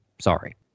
Sorry